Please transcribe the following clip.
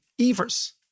Evers